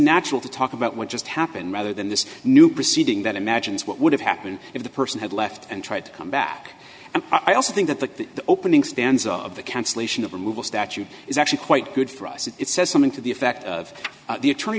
natural to talk about what just happened rather than this new proceeding that imagines what would have happened if the person had left and tried to come back and i also think that the opening stands of the cancellation of removal statute is actually quite good for us it's says something to the effect of the attorney